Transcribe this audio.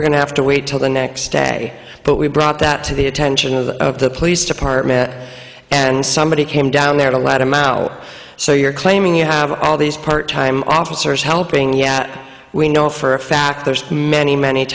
were going to have to wait till the next day but we brought that to the attention of the of the police department and somebody came down there to let them out so you're claiming you have all these part time officers helping yet we know for a fact there's many many